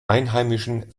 einheimischen